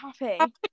happy